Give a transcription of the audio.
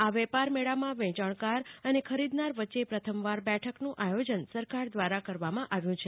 આ વેપાર મેળામાં વેચાણકાર અને ખરીદનાર વચ્ચે પ્રથમવાર બેઠકનું આયોજન સરકાર દ્વારા કરવામાં આવ્યું છે